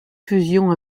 fusion